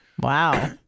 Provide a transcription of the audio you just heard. Wow